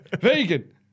Vegan